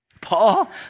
Paul